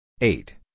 eight